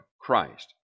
Christ